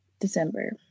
December